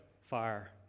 fire